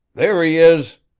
there he is!